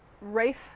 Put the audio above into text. Rafe